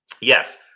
yes